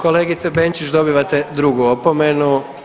Kolegice Benčić dobivate drugu opomenu.